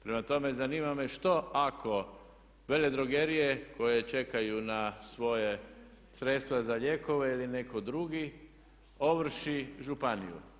Prema tome, zanima me što ako veledrogerije koje čekaju na svoja sredstva za lijekove ili netko drugi ovrši županiju.